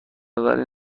ولی